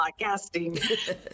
podcasting